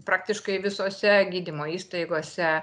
praktiškai visose gydymo įstaigose